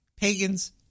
pagans